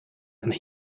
and